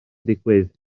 digwydd